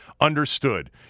Understood